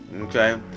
Okay